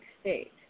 state